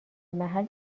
محل